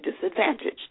disadvantaged